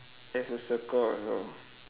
there's a circle also